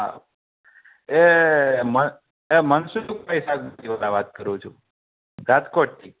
હા એ મનસુખ ભાઈ શાકભાજી વાળા વાત કરું છું રાજકોટથી